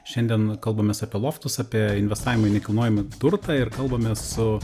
šiandien kalbamės apie loftus apie investavimą į nekilnojamą turtą ir kalbamės su